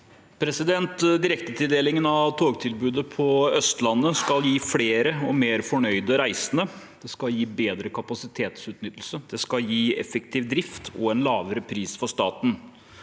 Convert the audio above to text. Direktetilde- lingen av togtilbudet på Østlandet skal gi flere og mer fornøyde reisende, det skal gi bedre kapasitetsutnyttelse, det skal gi effektiv drift og en lavere pris for staten,